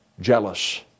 jealous